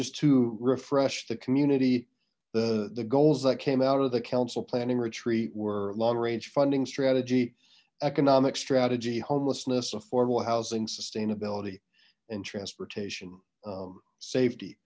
just to refresh the community the the goals that came out of the council planning retreat were long range funding strategy economic strategy homelessness affordable housing sustainability and transportation safety